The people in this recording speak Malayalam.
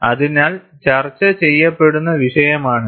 അതിനാൽ ചർച്ച ചെയ്യപ്പെടുന്ന വിഷയമാണിത്